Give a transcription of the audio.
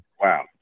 Wow